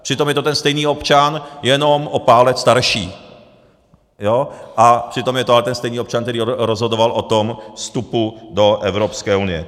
Přitom je to ten stejný občan, jenom o pár let starší, a přitom je to ten stejný občan, který rozhodoval o tom vstupu do Evropské unie.